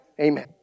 Amen